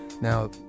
Now